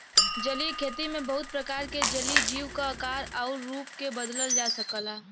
जलीय खेती में बहुत प्रकार के जलीय जीव क आकार आउर रूप के बदलल जा सकला